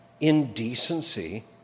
indecency